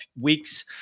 weeks